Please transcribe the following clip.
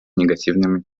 негативными